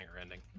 ending